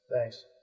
Thanks